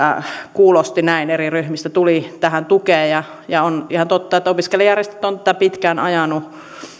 kuulosti näin olevan eri ryhmistä tuli tähän tukea ja on ihan totta että opiskelijajärjestöt ovat tätä pitkään